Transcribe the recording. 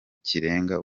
kirenga